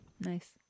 Nice